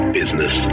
business